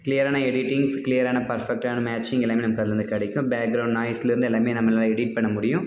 க்ளியரான editings க்ளியரான பர்ஃபெக்ட்டான matching எல்லாமே நமக்கு அதுலேருந்து கிடைக்கும் பேக்ரவுண்ட் நாய்ஸ்லேருந்து எல்லாமே நம்ம எடிட் பண்ண முடியும்